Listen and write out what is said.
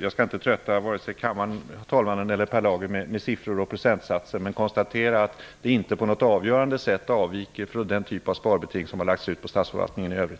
Jag skall inte trötta vare sig kammaren, talmannen eller Per Lager med siffror och procentsatser, men jag konstaterar att det inte på något avgörande sätt avviker från den typ av sparbeting som har lagts ut på statsförvaltningen i övrigt.